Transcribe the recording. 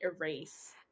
erase